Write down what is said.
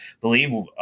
believe